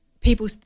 people